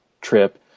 trip